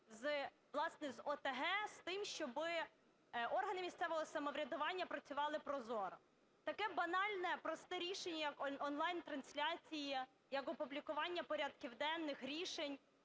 з тим, щоб органи місцевого самоврядування працювали прозоро. Таке банальне просте рішення як онлайн-трансляції, як опублікування порядків денних, рішень,